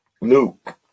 Luke